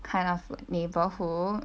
kind of neighbourhood